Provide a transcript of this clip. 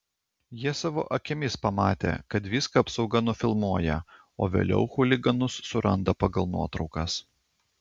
jie savo akimis pamatė kad viską apsauga nufilmuoja o vėliau chuliganus suranda pagal nuotraukas